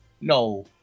no